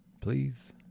Please